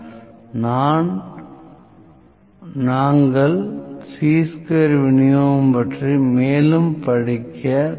இந்த உரையில் நான் சாதாரண விநியோகத்தைப் பற்றி விவாதித்தேன் பின்னர் நிஜ வாழ்க்கையில் சாதாரண விநியோகத்தின் பயன்பாடு பற்றி விவாதித்தேன்நான் சில கணக்குகளை செய்தேன்